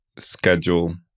schedule